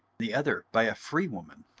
the other by a freewoman.